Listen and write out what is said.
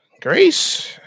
Grace